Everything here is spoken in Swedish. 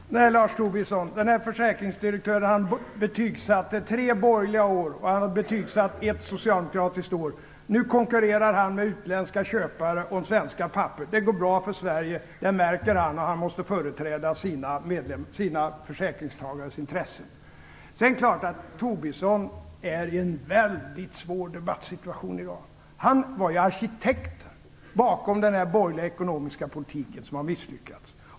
Fru talman! Nej, Lars Tobisson, den här försäkringsdirektören betygsatte tre borgerliga år, och han har betygsatt ett socialdemokratiskt år. Nu konkurrerar han med utländska köpare om svenska papper. Det går bra för Sverige. Det märker han, och han måste företräda sina försäkringstagares intressen. Det är klart att Tobisson är i en väldigt svår debattsituation i dag. Han var ju arkitekten bakom den borgerliga ekonomiska politiken, som har misslyckats.